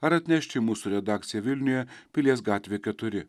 ar atnešti į mūsų redakciją vilniuje pilies gatvė keturi